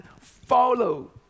follow